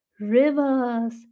rivers